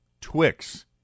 Twix